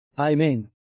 Amen